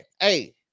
hey